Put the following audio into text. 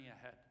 ahead